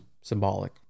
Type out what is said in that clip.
symbolic